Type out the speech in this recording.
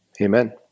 Amen